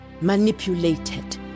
manipulated